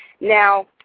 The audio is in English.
Now